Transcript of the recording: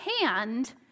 hand